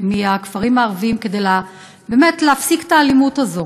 מהכפרים הערביים כדי להפסיק את האלימות הזאת,